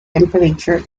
temperature